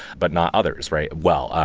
but not others, right? well,